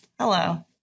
Hello